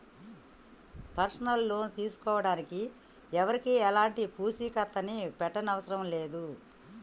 personal loan తీసుకోడానికి ఎవరికీ ఎలాంటి పూచీకత్తుని పెట్టనవసరం లేదు